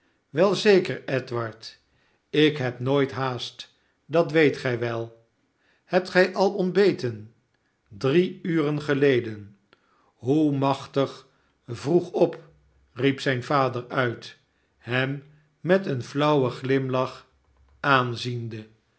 wei zeker edward ik heb nooit haast dat weetgijwel hebt gij al ontbeten idrie uren geleden hoe machtig vroeg op riep zijn vader uit hem met een flauwen glimlach aanziende